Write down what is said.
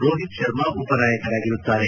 Rohit Sharma ಉಪನಾಯಕರಾಗಿರುತ್ತಾರೆ